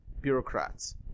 bureaucrats